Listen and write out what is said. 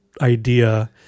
idea